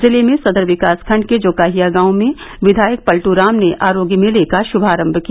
जिले में सदर विकास खण्ड के जोकाहिया गांव में विधायक पल्टू राम ने आरोग्य मेले का गुभारम्म किया